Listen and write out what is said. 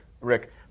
Rick